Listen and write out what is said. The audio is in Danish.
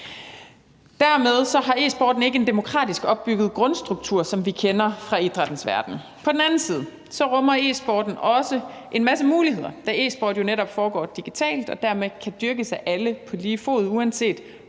Dermed har e-sporten ikke en demokratisk opbygget grundstruktur, som vi kender det fra idrættens verden. På den anden side rummer e-sporten også en masse muligheder, da e-sporten jo netop foregår digitalt og dermed kan dyrkes af alle på lige fod uanset